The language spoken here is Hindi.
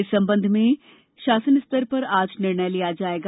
इस संबंध में शासन स्तर पर आज निर्णय लिया जाएगा